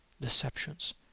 deceptions